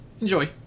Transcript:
Enjoy